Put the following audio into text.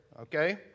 Okay